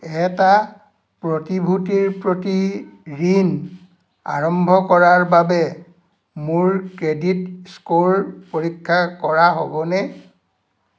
এটা প্ৰতিভূতিৰ প্ৰতি ঋণ আৰম্ভ কৰাৰ বাবে মোৰ ক্ৰেডিট স্ক'ৰ পৰীক্ষা কৰা হ'বনে